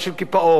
בתקופה של סטגנציה,